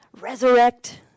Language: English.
resurrect